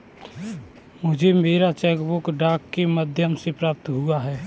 मुझे मेरी cheque book डाक के माध्यम से प्राप्त हुई है